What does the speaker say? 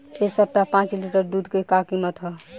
एह सप्ताह पाँच लीटर दुध के का किमत ह?